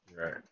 Right